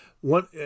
one